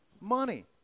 Money